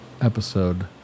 episode